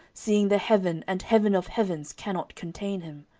seeing the heaven and heaven of heavens cannot contain him?